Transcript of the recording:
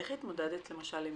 איך התמודדת למשל עם